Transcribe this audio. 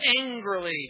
angrily